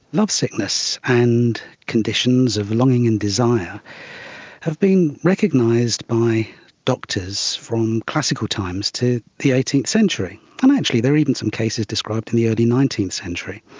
lovesickness and conditions of longing and desire have been recognised by doctors from classical times to the eighteenth century, and actually there are even some cases described in the early nineteenth century.